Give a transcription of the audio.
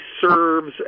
serves